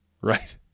Right